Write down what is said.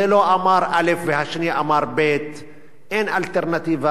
זה לא אמר א' והשני לא אמר ב'; אין אלטרנטיבה,